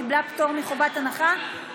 קיבלה פטור מחובת הנחה,